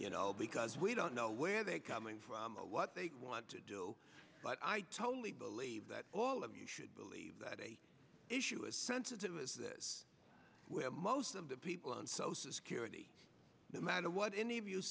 you know because we don't know where they're coming from what they want to do but i totally believe that all of you should believe that a issue as sensitive as this most of the people on social security no matter what any of you